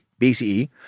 BCE